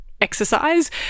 exercise